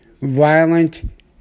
violent